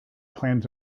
plans